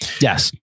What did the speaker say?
Yes